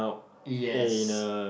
yes